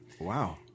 Wow